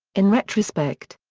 in retrospect.